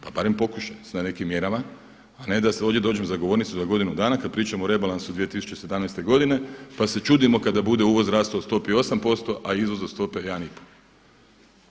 Pa barem pokušajte sa nekim mjerama a ne da ovdje dođem za govornicu za godinu dana kada pričam o rebalansu 2017. godine pa se čudimo kada bude uvoz rastao po stop 8% a izvoz od stope 1,5.